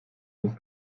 muss